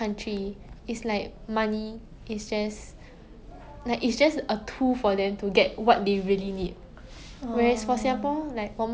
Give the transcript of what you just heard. like what is money to them if they don't even have a single supply of food and it's like got one time 我的朋友去 Cambodia like